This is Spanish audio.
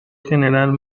general